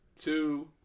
two